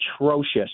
atrocious